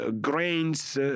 grains